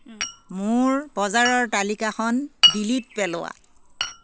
মোৰ বজাৰৰ তালিকাখন ডিলিট পেলোৱা